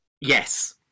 Yes